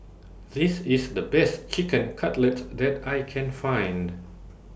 This IS The Best Chicken Cutlet that I Can Find